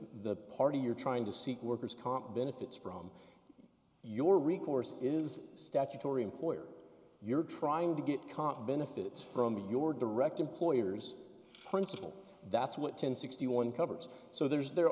the party you're trying to seek workers comp benefits from your recourse is statutory employer you're trying to get current benefits from your direct employer's principle that's what ten sixty one covers so there's there